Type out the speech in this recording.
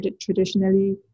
traditionally